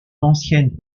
ancienne